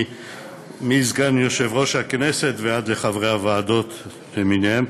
מסגן יושב-ראש הכנסת ועד לחברי הוועדות למיניהם,